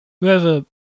Whoever